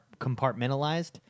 compartmentalized